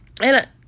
and-